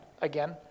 again